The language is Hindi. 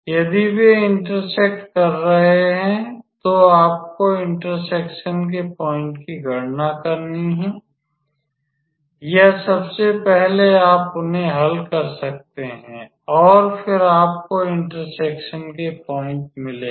यदि वे इंटरसेक्ट कर रहे हैं तो आपको इंटरसेक्सन के पॉइंट की गणना करनी है या सबसे पहले आप उन्हें हल कर सकते हैं और फिर आपको इंटरसेक्सन के पॉइंट मिलेंगे